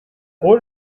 old